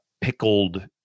pickled